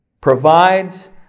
provides